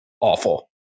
awful